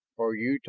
or you,